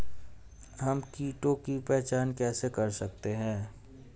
हम कीटों की पहचान कैसे कर सकते हैं?